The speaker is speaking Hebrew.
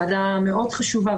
ועדה מאוד חשובה,